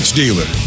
dealer